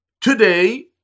today